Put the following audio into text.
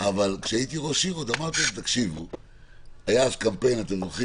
אבל כשהייתי ראש עיר היה אז קמפיין, אתם זוכרים?